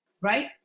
right